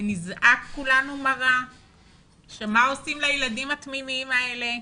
ונזעק כולנו מרה על מה שעושים לילדים התמימים האלה.